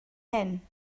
hyn